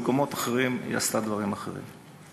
במקומות אחרים היא עשתה דברים אחרים.